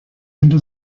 into